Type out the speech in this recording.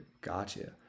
Gotcha